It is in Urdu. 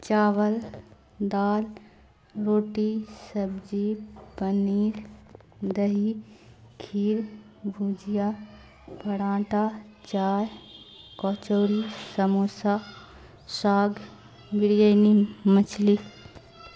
چاول دال روٹی سبجی پنیر دہی کھیر بھجیا پراٹا چائے کچوری سموسا ساگ بریانی مچھلی